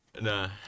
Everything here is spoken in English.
Nah